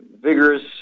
vigorous